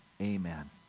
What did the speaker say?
amen